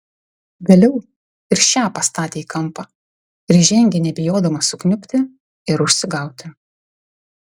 vėliau ir šią pastatė į kampą ir žengė nebijodama sukniubti ir užsigauti